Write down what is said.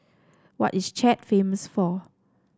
what is Chad famous for